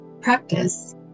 practice